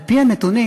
על-פי הנתונים